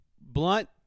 blunt